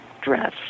dress